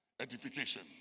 Edification